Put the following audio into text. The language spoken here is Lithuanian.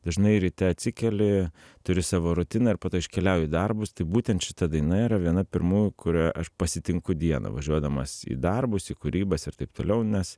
dažnai ryte atsikeli turi savo rutiną ir po to iškeliauji į darbus tai būtent šita daina yra viena pirmųjų kuria aš pasitinku dieną važiuodamas į darbus į kūrybas ir taip toliau nes